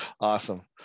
Awesome